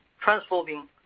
transforming